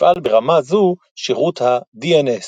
יפעל ברמה זו שירות ה-DNS,